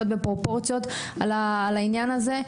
בפרופורציות על העניין הזה.